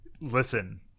Listen